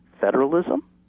federalism